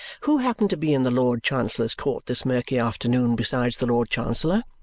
who happen to be in the lord chancellor's court this murky afternoon besides the lord chancellor,